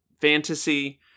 fantasy